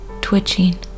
twitching